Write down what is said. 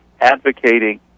advocating